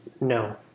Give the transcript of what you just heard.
No